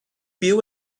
byw